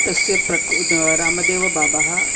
तस्य प्रकु दा रामदेवबाबः